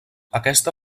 aquesta